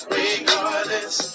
regardless